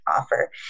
offer